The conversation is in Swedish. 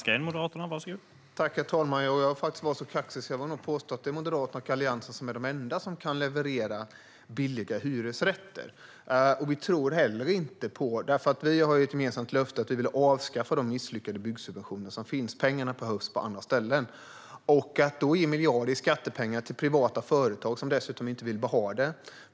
Herr talman! Jag är så kaxig att jag vill påstå att det är Moderaterna och Alliansen som är de enda som kan leverera billiga hyresrätter. Vi har som gemensamt löfte att avskaffa de misslyckade byggsubventioner som finns. Pengarna behövs på andra ställen, inte till att ge miljarder i skattepengar till privata företag, som dessutom inte vill ha dem.